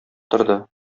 торды